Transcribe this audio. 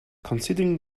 considering